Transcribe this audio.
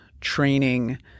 training